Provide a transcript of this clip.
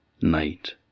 night